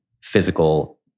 physical